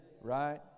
right